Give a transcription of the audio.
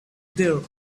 there